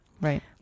Right